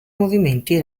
movimenti